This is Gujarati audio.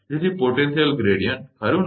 તેથી પોટેન્શિયલ ગ્રેડીયંટ ખરુ ને